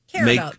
make